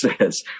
says